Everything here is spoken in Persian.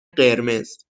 قرمز